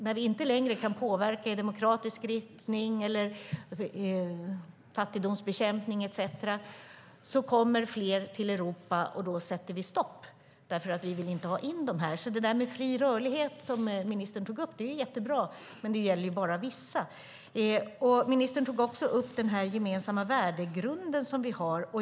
När vi inte längre kan påverka i demokratisk riktning eller utöva fattigdomsbekämpning etcetera kommer fler till Europa. Då sätter vi stopp därför att vi inte vill ha in dem här. Det där med fri rörlighet som ministern tog upp är jättebra, men det gäller ju bara vissa. Ministern tog också upp den gemensamma värdegrund som vi har.